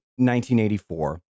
1984